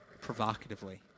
provocatively